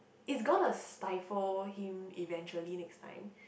it's gonna stifle him eventually next time